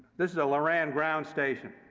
this is loran ground station.